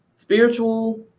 Spiritual